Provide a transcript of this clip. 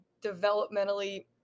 developmentally